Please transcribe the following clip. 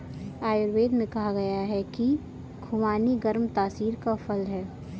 आयुर्वेद में कहा गया है कि खुबानी गर्म तासीर का फल है